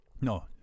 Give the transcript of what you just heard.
No